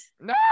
No